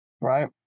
right